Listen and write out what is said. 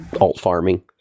alt-farming